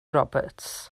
roberts